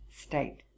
state